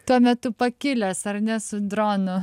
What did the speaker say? tuo metu pakilęs ar ne su dronu